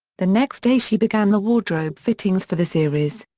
the next day she began the wardrobe fittings for the series.